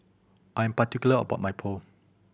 I am particular about my Pho